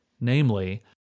namely